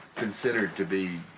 considered to be